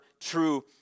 true